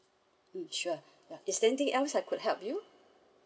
mm sure uh is there anything else I could help you